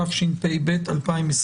התשפ"ב-2021.